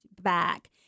back